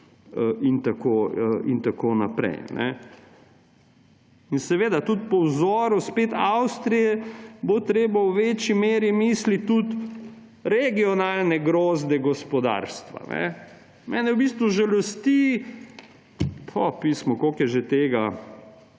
in tako naprej. In seveda tudi po vzoru spet Avstrije bo treba v večji meri misliti tudi regionalne grozde gospodarstva. Mene v bistvu žalosti ... O pismo! Koliko je že tega?